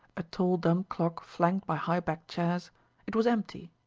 a tall dumb clock flanked by high-backed chairs it was empty.